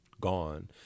gone